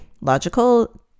logical